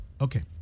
Okay